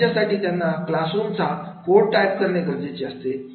यासाठी त्यांना क्लासरूम चा कोड टाईप करणे गरजेचे असते